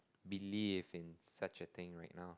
believe in such a thing right now